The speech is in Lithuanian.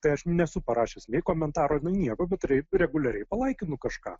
tai aš nesu parašęs nei komentaro nei nieko bet re reguliariai palaikinu kažką